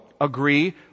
agree